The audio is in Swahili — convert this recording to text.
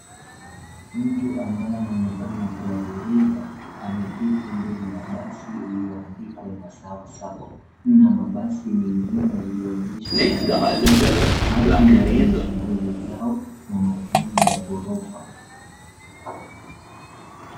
Mtu ambaye anaonekana kuwa dereva ameketi mbele ya basi iliyoandikwa embassava sacco na mabasi mengine yaliyoegeshwa barabarani, watu walio shughuli zao na majengo ya ghorofa.